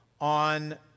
on